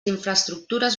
infraestructures